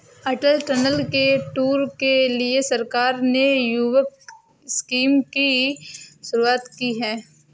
अटल tunnel के tour के लिए सरकार ने युवक स्कीम की शुरुआत की है